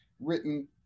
written